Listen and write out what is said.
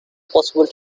possible